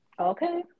okay